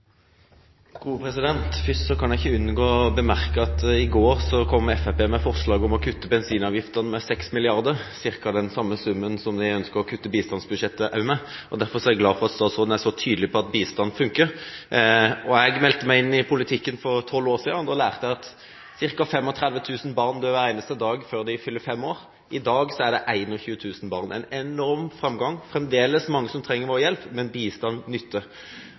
kan ikke unngå å bemerke at i går kom Fremskrittspartiet med forslag om å kutte i bensinavgiftene med 6 mrd. kr – cirka den samme summen som de også ønsker å kutte i bistandsbudsjettet med – og derfor er jeg glad for at statsråden er så tydelig på at bistand funker. Da jeg meldte meg inn i politikken for 12 år siden, lærte jeg at ca. 35 000 barn dør hver eneste dag før de fyller fem år. I dag er det 21 000 barn, noe som er en enorm framgang. Det er fremdeles mange som trenger vår hjelp, men bistand